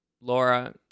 Laura